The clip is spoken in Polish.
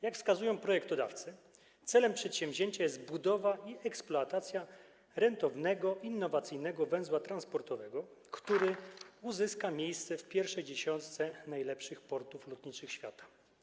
Jak wskazują projektodawcy, celem przedsięwzięcia jest budowa i eksploatacja rentownego, innowacyjnego węzła transportowego, który uzyska miejsce w pierwszej dziesiątce najlepszych portów lotniczych świata.